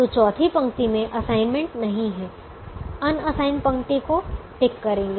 तो चौथी पंक्ति में असाइनमेंट नहीं है अनअसाइन पंक्ति को टिक करेंगे